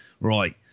right